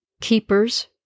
keepers